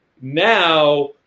now